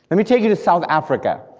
and me take you to south africa.